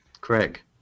Craig